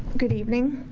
good evening.